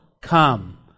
come